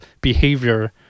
behavior